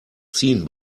ziehen